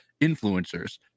influencers